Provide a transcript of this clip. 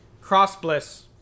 cross-bliss